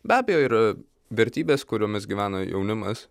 be abejo yra vertybės kuriomis gyvena jaunimas